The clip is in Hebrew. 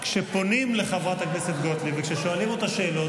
כשפונים לחברת הכנסת גוטליב וכששואלים אותה שאלות,